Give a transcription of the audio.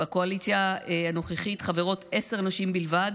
בקואליציה הנוכחית חברות עשר נשים בלבד,